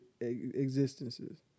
existences